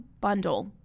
bundle